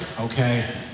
Okay